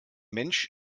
mensch